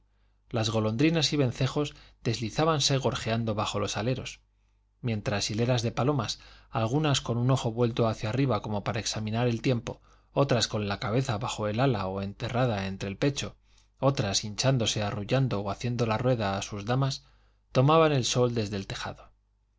las golondrinas y vencejos deslizábanse gorjeando bajo los aleros mientras hileras de palomas algunas con un ojo vuelto hacia arriba como para examinar el tiempo otras con la cabeza bajo el ala o enterrada entre el pecho otras hinchándose arrullando o haciendo la rueda a sus damas tomaban el sol desde el tejado